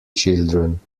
children